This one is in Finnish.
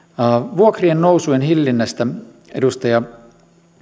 vuokrien nousun hillinnästä edustaja